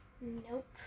Nope